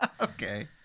Okay